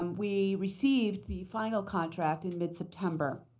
um we received the final contract in mid-september,